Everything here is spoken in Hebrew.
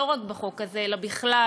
לא רק בחוק הזה אלא בכלל,